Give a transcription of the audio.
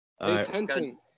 Attention